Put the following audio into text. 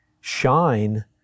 shine